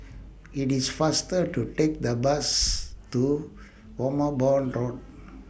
IT IS faster to Take The Bus to Road